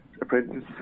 apprentice